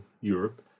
Europe